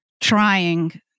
trying